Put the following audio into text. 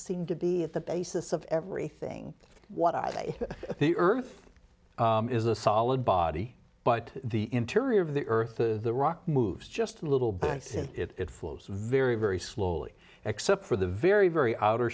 seem to be the basis of everything what i say the earth is a solid body but the interior of the earth the rock moves just a little but it flows very very slowly except for the very very outer